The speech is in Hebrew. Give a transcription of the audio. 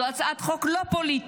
זו הצעת חוק לא פוליטית.